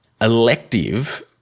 elective